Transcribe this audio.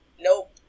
nope